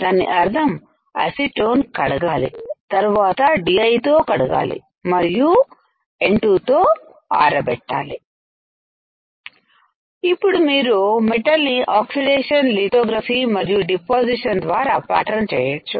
దాని అర్థం అసిటోన్ కడగాలి తర్వాత D I తో కడగాలి మరియు N 2తో ఆర పెట్టాలి ఇప్పుడుమీరు మెటల్ నీ ఆక్సిడేషన్ లితోగ్రఫీ మరియు డిపాజిసిషన్ ద్వారా ప్యాటర్న్ చేయొచ్చు